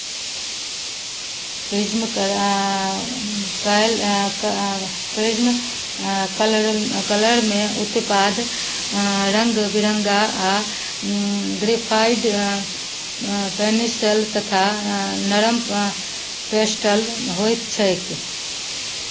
prism करा काल्हि prism आ कलर कलरमे उत्पाद रङ्ग बिरङ्गा आ ग्रेफाइड पेनसल तथा नरम पेस्टल होइत छैक